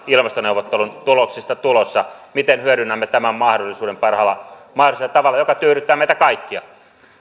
ilmastoneuvottelun tuloksista tulossa miten hyödynnämme tämän mahdollisuuden parhaalla mahdollisella tavalla joka tyydyttää meitä kaikkia